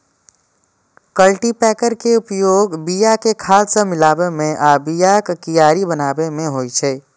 cultipacker के उपयोग बिया कें खाद सं मिलाबै मे आ बियाक कियारी बनाबै मे होइ छै